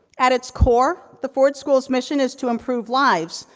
at its core, the ford school's mission is to improve lives,